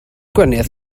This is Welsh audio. gwahaniaeth